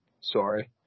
Sorry